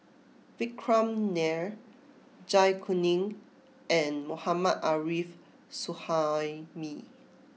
Vikram Nair Zai Kuning and Mohammad Arif Suhaimi